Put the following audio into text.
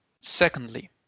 secondly